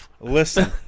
listen